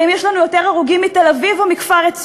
אם יש לנו יותר הרוגים מתל-אביב או מכפר-עציון.